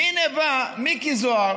והינה בא מיקי זוהר